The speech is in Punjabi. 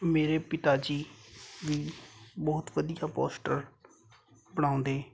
ਮੇਰੇ ਪਿਤਾ ਜੀ ਵੀ ਬਹੁਤ ਵਧੀਆ ਪੋਸਟਰ ਬਣਾਉਂਦੇ